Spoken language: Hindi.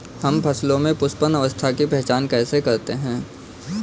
हम फसलों में पुष्पन अवस्था की पहचान कैसे करते हैं?